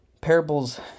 Parables